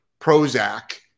Prozac